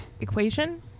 equation